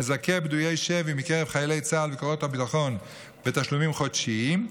המזכה פדויי שבי מקרב חיילי צה"ל וכוחות הביטחון בתשלומים חודשיים,